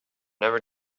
never